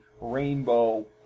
Rainbow